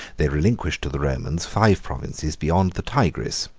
they relinquished to the romans five provinces beyond the tigris.